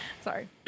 Sorry